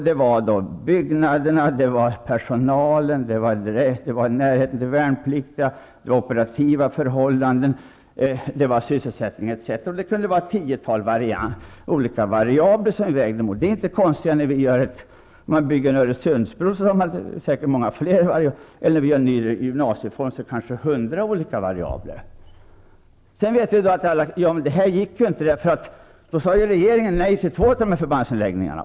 Det gällde byggnaderna, personalen, hur nära de värnpliktiga bodde, operativa förhållanden, sysselsättning etc. Det kan handla om ett tiotal olika variabler som vi vägde mot varandra. Det här är inte konstigare än t.ex. byggandet av en bro. Öresundsbron kräver säkert många fler variabler. För exempelvis en ny gymnasiereform behövs det kanske hundra olika variabler. Sedan säger man: Ja, men det här gick inte. Regeringen sade ju nej beträffande två av förbandsanläggningarna.